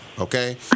okay